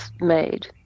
made